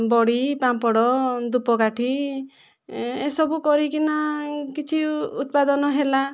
ବଡ଼ି ପାମ୍ପଡ଼ ଧୂପକାଠି ଏସବୁ କରିକିନା କିଛି ଉତ୍ପାଦନ ହେଲା